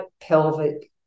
pelvic